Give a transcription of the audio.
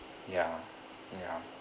ya ya